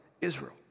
Israel